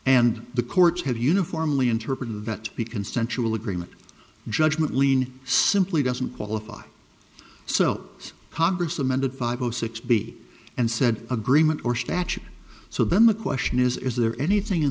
and the courts have uniformly interpreted that be consensual agreement judgment lien simply doesn't qualify so congress amended five o six b and said agreement or statute so then the question is is there anything in